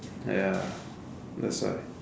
ya that's why